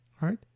right